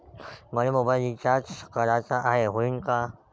मले mobile recharge कराचा हाय, होईनं का?